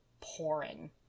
pouring